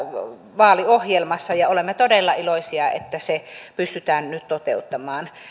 vaaliohjelmassa ja olemme todella iloisia että se pystytään nyt toteuttamaan